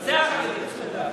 על זה החרדים צריכים להחליט.